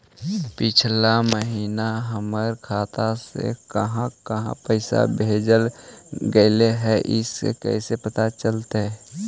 पिछला महिना हमर खाता से काहां काहां पैसा भेजल गेले हे इ कैसे पता चलतै?